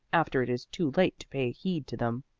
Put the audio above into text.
after it is too late to pay heed to them.